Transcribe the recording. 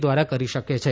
દ્વારા કરી શકે છે